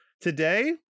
today